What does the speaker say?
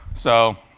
so